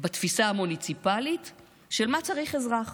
בתפיסה המוניציפלית של מה צריך אזרח,